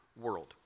world